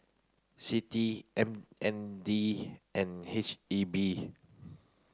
CITI M N D and H E B